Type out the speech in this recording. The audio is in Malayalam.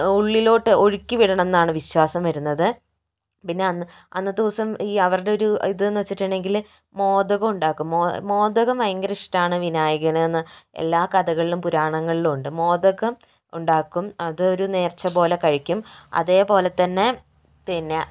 ഉള്ളിലോട്ട് ഒഴുക്കി വിടണം എന്നാണ് വിശ്വാസം വരുന്നത് പിന്നെ അന്ന് അന്നത്തെ ദിവസം അവരുടെ ഒരു ഇത് എന്ന് വെച്ചിട്ടുണ്ടെങ്കില് മോദകം ഉണ്ടാകും മോദകം ഭയങ്കര ഇഷ്ടമാണ് വിനായകന് എന്ന് എല്ലാ കഥകളിലും പുരാണങ്ങളിലും ഉണ്ട് മോദകം ഉണ്ടാക്കും അത് ഒരു നേർച്ച പോലെ കഴിക്കും അതേപോലെതന്നെ പിന്നെ